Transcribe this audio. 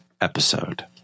episode